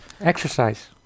exercise